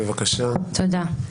תודה.